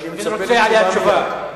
ואני מצפה לתשובה מייד.